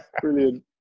Brilliant